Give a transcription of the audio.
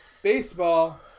baseball